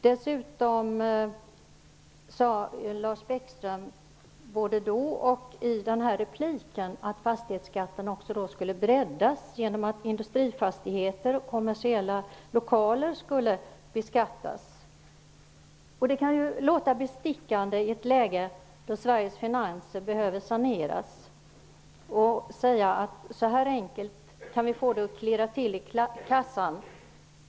Dessutom sade Lars Bäckström både i inledningsanförandet och i repliken att fastighetskatten skulle breddas genom att industrifastigheter och kommersiella lokaler skulle beskattas. Det kan låta bestickande i ett läge där Sveriges finanser behöver saneras att säga det är så enkelt att få det att klirra till i kassan.